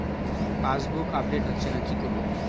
Passbook update হচ্ছেনা কি করবো?